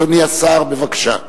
אדוני השר, בבקשה.